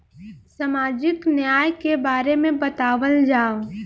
सामाजिक न्याय के बारे में बतावल जाव?